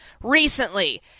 recently